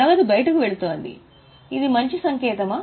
నగదు బయటకు వెళ్తోంది ఇది మంచి సంకేతమా